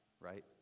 right